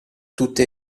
tutte